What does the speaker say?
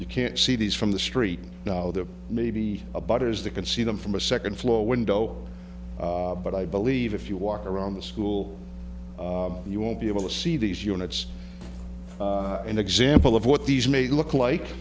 you can't see these from the street now that maybe a better is that can see them from a second floor window but i believe if you walk around the school you will be able to see these units and example of what these may look like